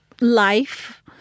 life